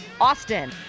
Austin